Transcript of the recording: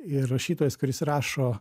ir rašytojas kuris rašo